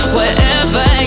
Wherever